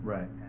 Right